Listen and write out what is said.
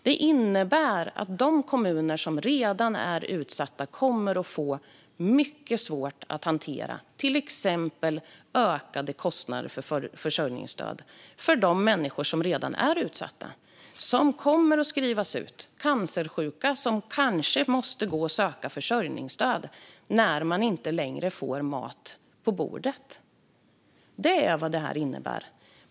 Detta innebär att de kommuner som redan är utsatta kommer att få mycket svårt att hantera till exempel ökade kostnader för försörjningsstöd för utsatta människor, som kommer att skrivas ut. Cancersjuka kanske måste gå och söka försörjningsstöd när de inte längre har mat på bordet. Det är vad detta innebär.